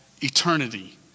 eternity